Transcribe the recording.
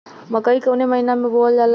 मकई कवने महीना में बोवल जाला?